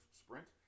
sprint